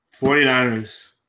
49ers